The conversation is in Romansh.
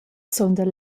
sundel